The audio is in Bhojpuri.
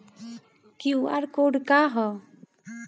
क्यू.आर कोड का ह?